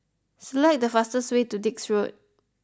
select the fastest way to Dix Road